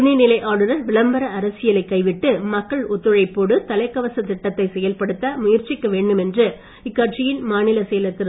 துணைநிலை ஆளுநர் விளம்பர அரசியலைக் கைவிட்டு மக்கள் ஒத்துழைப்போடு தலைக்கவசத் திட்டத்தை செயல்படுத்த முயற்சிக்க வேண்டும் என்று இக்கட்சியின் மாநிலச் செயலர் திரு